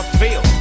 feel